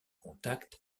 contact